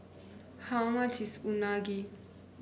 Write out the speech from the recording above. how much is Unagi